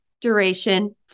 duration